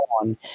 on